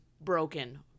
broken